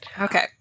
Okay